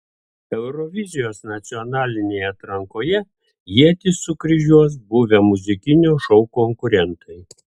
eurovizijos nacionalinėje atrankoje ietis sukryžiuos buvę muzikinio šou konkurentai